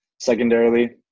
Secondarily